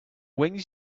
wings